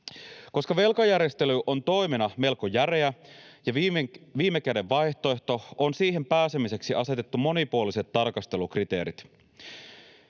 Koska velkajärjestely on toimena melko järeä ja viime käden vaihtoehto, on siihen pääsemiseksi asetettu monipuoliset tarkastelukriteerit.